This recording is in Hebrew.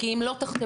כי אם לא תחתמו,